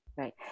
Right